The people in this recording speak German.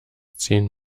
zehn